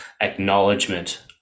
acknowledgement